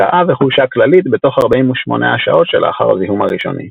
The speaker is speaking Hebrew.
הקאה וחולשה כללית בתוך 48 השעות שלאחר הזיהום הראשוני.